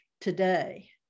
today